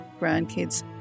grandkids